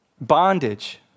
bondage